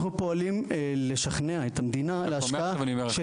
אנחנו פועלים לשכנע את המדינה להשקעה של